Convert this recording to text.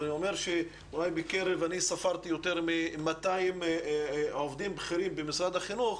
אבל אני אומר שספרתי יותר מ-200 עובדים בכירים במשרד החינוך,